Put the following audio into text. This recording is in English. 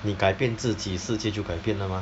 你改变自己世界就改变了 mah